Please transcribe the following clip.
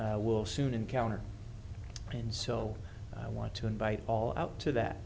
will soon encounter and so i want to invite all out to that